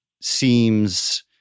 seems